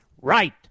right